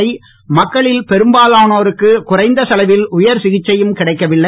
இன்னும் மக்கவில் பெரும்பாலோனோருக்கு குறைந்த செலவில் உயர் சிகிச்சையும் கிடைக்கவில்லை